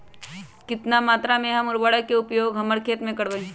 कितना मात्रा में हम उर्वरक के उपयोग हमर खेत में करबई?